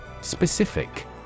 Specific